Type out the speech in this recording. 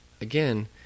again